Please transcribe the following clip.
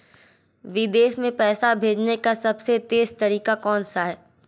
विदेश में पैसा भेजने का सबसे तेज़ तरीका कौनसा है?